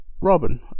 Robin